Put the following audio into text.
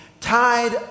tied